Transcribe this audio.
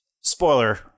spoiler